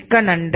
மிக்க நன்றி